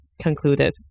concluded